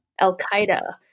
Al-Qaeda